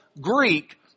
Greek